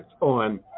on